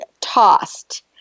tossed